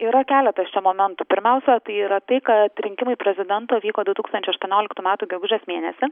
yra keletas čia momentų pirmiausia tai yra tai kad rinkimai prezidento vyko du tūkstančiai aštuonioliktų metų gegužės mėnesį